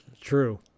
True